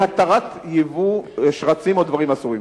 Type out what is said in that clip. להתרת ייבוא שרצים או דברים אסורים?